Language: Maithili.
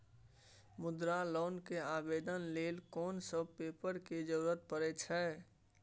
मुद्रा लोन के आवेदन लेल कोन सब पेपर के जरूरत परै छै?